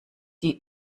die